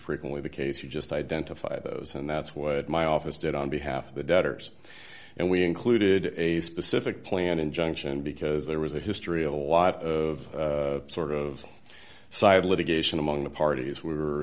frequently the case you just identify those and that's what my office did on behalf of the debtors and we included a specific plan injunction because there was a history of a lot of sort of side of litigation among the parties were